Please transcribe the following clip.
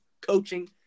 coaching